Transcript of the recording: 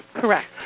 Correct